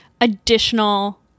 additional